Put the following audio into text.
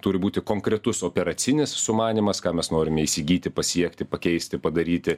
turi būti konkretus operacinis sumanymas ką mes norime įsigyti pasiekti pakeisti padaryti